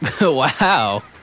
wow